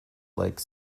like